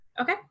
Okay